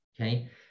Okay